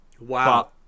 wow